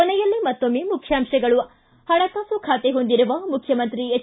ಕೊನೆಯಲ್ಲಿ ಮತ್ತೊಮ್ಮೆ ಮುಖ್ಯಾಂಶಗಳು ಿ ಹಣಕಾಸು ಖಾತೆ ಹೊಂದಿರುವ ಮುಖ್ಯಮಂತ್ರಿ ಎಚ್